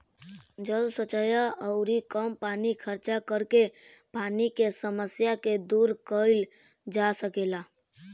जल संचय अउरी कम पानी खर्चा करके पानी के समस्या के दूर कईल जा सकेला